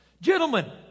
Gentlemen